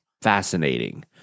fascinating